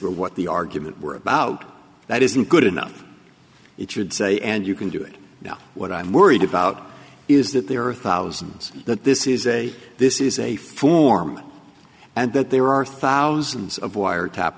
were what the argument were about that isn't good enough it should say and you can do it now what i'm worried about is that there are thousands that this is a this is a form and that there are thousands of wiretap